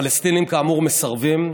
הפלסטינים כאמור מסרבים.